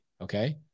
Okay